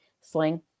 sling